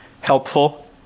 helpful